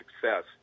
success